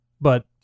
but-